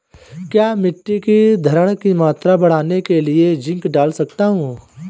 क्या मिट्टी की धरण की मात्रा बढ़ाने के लिए जिंक डाल सकता हूँ?